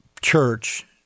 church